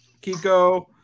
Kiko